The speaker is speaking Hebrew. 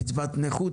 קצבת נכות,